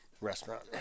Restaurant